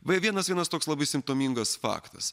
va vienas vienas toks labai simptomingas faktas